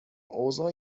اوضاع